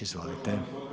Izvolite.